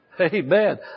Amen